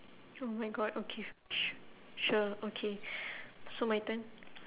oh my god okay s~ sure okay so my turn